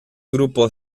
grupo